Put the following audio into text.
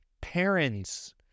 parents